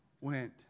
went